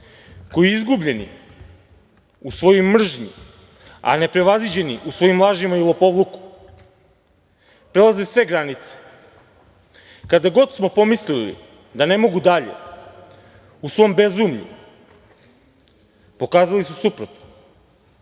koji izgubljeni u svojoj mržnji, a neprevaziđeni u svojim lažima i lopovluku, prelaze sve granice, kada god smo pomislili da ne mogu dalje u svom bezumlju, pokazali su suprotno